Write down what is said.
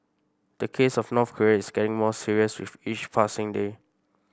the case of North Korea is getting more serious with each passing day